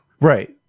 Right